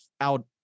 out